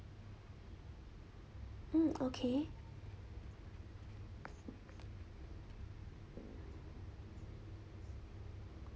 mm okay